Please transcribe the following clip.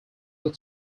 that